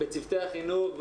בצוותי החינוך,